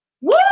Woo